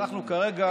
שאנחנו כרגע